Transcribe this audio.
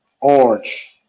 Orange